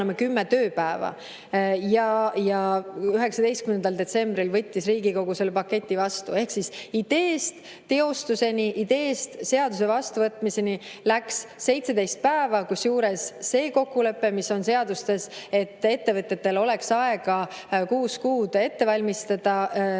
tööpäeva, ja 19. detsembril võttis Riigikogu selle paketi vastu. Ehk ideest teostuseni, ideest seaduse vastuvõtmiseni läks 17 päeva, kusjuures seda kokkulepet, mis on seadustes, et ettevõtjatel peaks olema aega kuus kuud ette valmistada seaduste